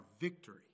victory